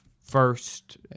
first